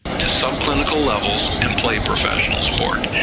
to some clinical levels and play professional sport,